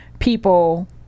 people